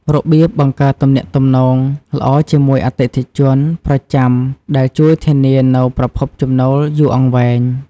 របៀបបង្កើតទំនាក់ទំនងល្អជាមួយអតិថិជនប្រចាំដែលជួយធានានូវប្រភពចំណូលយូរអង្វែង។